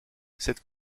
cette